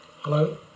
Hello